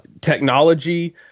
Technology